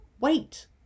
Wait